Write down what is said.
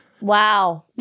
Wow